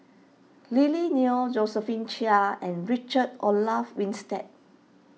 Lily Neo Josephine Chia and Richard Olaf Winstedt